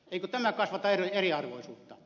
eikö tämä kasvata eriarvoisuutta